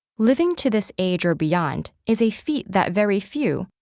living to this age or beyond is a feat that very few,